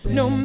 no